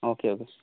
okay okay